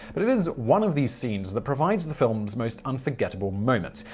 but it is one of these scenes that provides the film's most unforgettable moment.